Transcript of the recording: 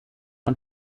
und